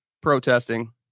protesting